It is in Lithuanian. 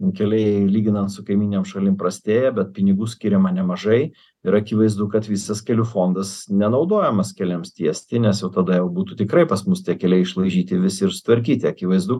keliai lyginant su kaimyninėm šalim prastėja bet pinigų skiriama nemažai ir akivaizdu kad visas kelių fondas nenaudojamas keliams tiesti nes jau tada jau būtų tikrai pas mus tie keliai išlaižyti visi ir sutvarkyti akivaizdu